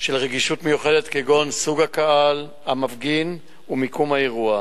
של רגישות מיוחדת כגון סוג הקהל המפגין ומיקום האירוע.